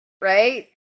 right